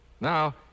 Now